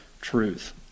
truth